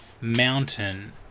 mountain